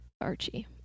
Archie